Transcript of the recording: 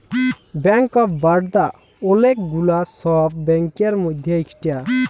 bank of Baroda ওলেক গুলা সব ব্যাংকের মধ্যে ইকটা